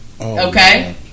Okay